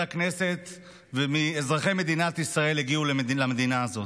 הכנסת ומאזרחי מדינת ישראל הגיעו למדינה הזאת.